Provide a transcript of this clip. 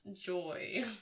joy